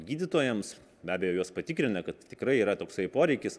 gydytojams be abejo juos patikrina kad tikrai yra toksai poreikis